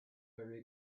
very